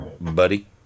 buddy